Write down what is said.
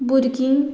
भुरगीं